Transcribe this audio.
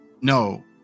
no